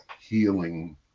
healing